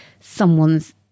someone's